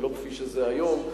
ולא כפי שזה היום,